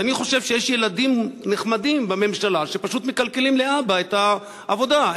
אז אני חושב שיש ילדים נחמדים בממשלה שפשוט מקלקלים לאבא את העבודה.